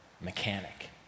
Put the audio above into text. mechanic